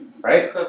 right